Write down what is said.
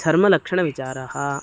सर्वलक्षणविचारः